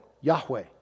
Yahweh